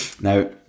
Now